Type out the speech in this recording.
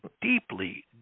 deeply